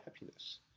happiness